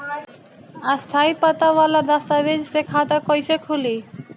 स्थायी पता वाला दस्तावेज़ से खाता कैसे खुली?